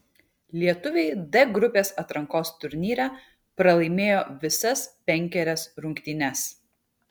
lietuviai d grupės atrankos turnyre pralaimėjo visas penkerias rungtynes